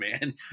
man